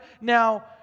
now